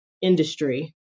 industry